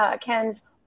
Ken's